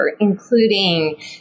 including